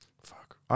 Fuck